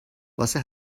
واسه